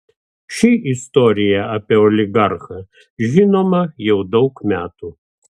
ši istorija apie oligarchą žinoma jau daug metų